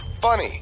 funny